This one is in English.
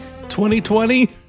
2020